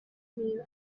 knew